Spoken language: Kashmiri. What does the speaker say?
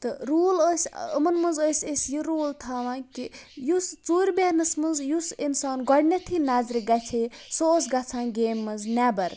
تہٕ روٗل ٲس أمَن منٛز ٲسۍ أسۍ یہِ روٗل تھاوان کہِ یُس ژوٗرِ بیٚہنَس منٛز یُس اِنسان گۄڈنٮ۪تھٕے نظرِ گژھِ ہا سُہ اوس گژھان گیمہِ منٛز نٮ۪بَر